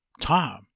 Tom